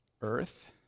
earth